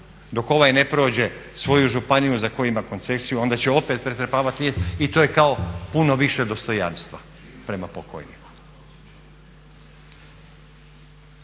dok ovaj ne prođe svoju županiju za koju ima koncesiju, onda će opet prekrcavati lijes i to je kao puno više dostojanstva prema pokojniku.